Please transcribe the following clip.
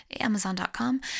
Amazon.com